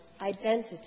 identity